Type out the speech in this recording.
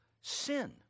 sin